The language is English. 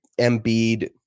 Embiid